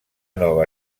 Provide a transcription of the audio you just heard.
nova